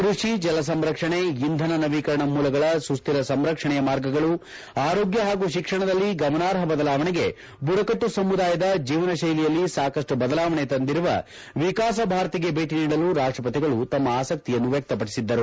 ಕೃಷಿ ಜಲಸಂರಕ್ಷಣೆ ಇಂಧನ ನವೀಕರಣ ಮೂಲಗಳ ಸುಸ್ಲಿರ ಸಂರಕ್ಷಣೆಯ ಮಾರ್ಗಗಳು ಆರೋಗ್ಯ ಹಾಗೂ ಶಿಕ್ಷಣದಲ್ಲಿ ಗಮನಾರ್ಹ ಬದಲಾವಣೆಗೆ ಬುಡಕಟ್ಟು ಸಮುದಾಯದ ಜೀವನ ಶೈಲಿಯಲ್ಲಿ ಸಾಕಷ್ಟು ಬದಲಾವಣೆ ತಂದಿರುವ ವಿಕಾಸ ಭಾರತಿಗೆ ಭೇಟಿ ನೀಡಲು ರಾಷ್ಟ್ರಪತಿಗಳು ತಮ್ಮ ಆಸಕ್ತಿಯನ್ನು ವ್ಯಕ್ತಪಡಿಸಿದ್ದರು